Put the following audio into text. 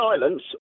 silence